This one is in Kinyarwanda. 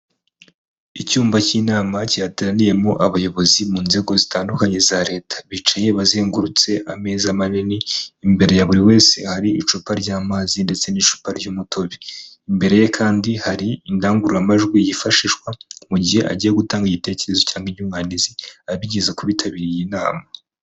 Icyumba cy'inama cyateraniyemo abayobozi mu nzego zitandukanye za Leta. Bicaye bazengurutse ameza manini, imbere ya buri wese hari icupa ry'amazi ndetse n'icupa ry'umutobe. Imbere ye kandi hari indangururamajwi yifashishwa mu gihe agiye gutanga ibitekerezo cyangwa inyunganizi, abigeza ku bitabiriye iyi nama.